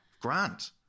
Grant